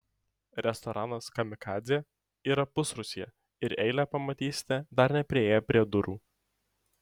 restoranas kamikadzė yra pusrūsyje ir eilę pamatysite dar nepriėję prie durų